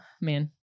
man